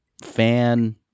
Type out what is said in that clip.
fan